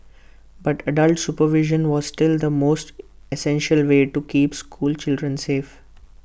but adult supervision was still the most essential way to keep school children safe